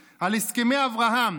לחבר'ה,